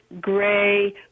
gray